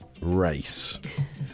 Race